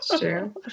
true